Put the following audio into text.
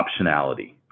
optionality